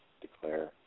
declare